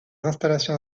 installations